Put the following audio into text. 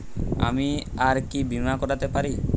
আমি আর কি বীমা করাতে পারি?